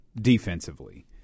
defensively